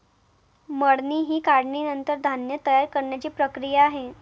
मळणी ही काढणीनंतर धान्य तयार करण्याची प्रक्रिया आहे